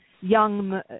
young